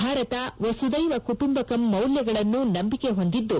ಭಾರತ ವಸುದೈವಕುಟುಂಬಕಂ ಮೌಲ್ಯಗಳಲ್ಲಿ ನಂಬಿಕೆ ಹೊಂದಿದ್ದು